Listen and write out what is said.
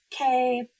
okay